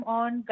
on